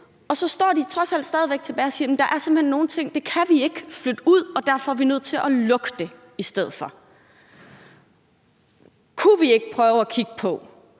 Og så står de trods alt stadig væk tilbage og siger: Der er simpelt hen nogle ting, vi ikke kan flytte ud, og derfor er vi nødt til at lukke dem i stedet for. Kunne vi ikke prøve at kigge på,